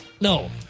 no